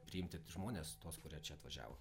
priimti žmones tuos kurie čia atvažiavo